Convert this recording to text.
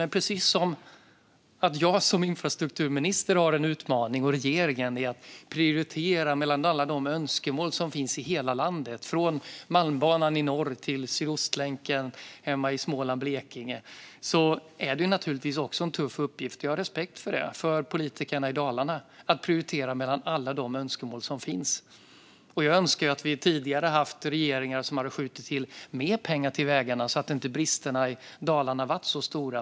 Regeringen och jag som infrastrukturminister har en utmaning i att prioritera mellan alla de önskemål som finns i hela landet, från Malmbanan i norr till Sydostlänken hemma i Småland och i Blekinge. Det är naturligtvis också en tuff uppgift - jag har respekt för det - för politikerna i Dalarna att prioritera mellan alla de önskemål som finns. Jag önskar att vi tidigare hade haft regeringar som hade skjutit till mer pengar till vägarna så att bristerna i Dalarna inte hade varit så stora.